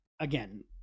again